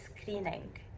screening